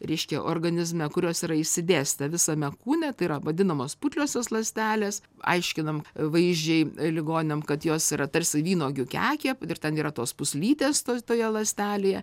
reiškia organizme kurios yra išsidėstę visame kūne tai yra vadinamos putliosios ląstelės aiškinam vaizdžiai ligoniam kad jos yra tarsi vynuogių kekė ir ten yra tos pūslytės tos toje ląstelėje